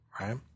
right